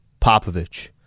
Popovich